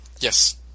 Yes